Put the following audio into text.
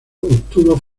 obtuvo